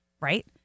right